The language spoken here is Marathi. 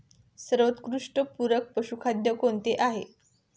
सर्वोत्कृष्ट पूरक पशुखाद्य कोणते आहे?